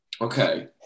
Okay